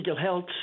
health